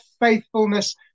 faithfulness